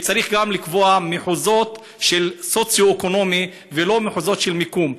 כי צריך גם לקבוע מחוזות לפי סוציו-אקונומי ולא מחוזות של מיקום.